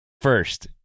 first